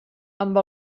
amb